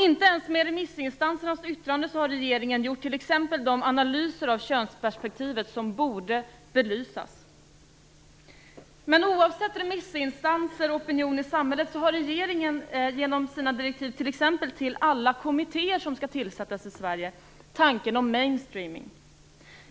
Inte ens remissinstansernas yttrande har lett regeringen till att göra analyser av t.ex. könsperspektivet, som borde belysas. Men oavsett remissinstanser och opinion i samhället har regeringen i sina direktiv, t.ex. till alla kommittéer som skall tillsättas i Sverige, tanken om mainstreaming.